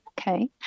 Okay